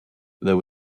there